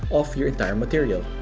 of your entire material.